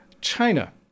China